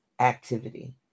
activity